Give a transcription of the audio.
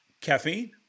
caffeine